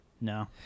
no